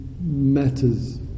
matters